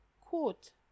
quote